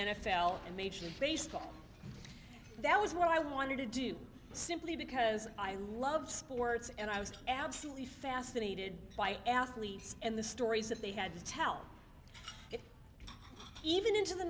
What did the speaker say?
l and major league baseball that was what i wanted to do simply because i love sports and i was absolutely fascinated by athletes and the stories that they had to tell even into the